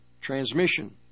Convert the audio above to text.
transmission